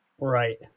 Right